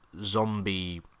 zombie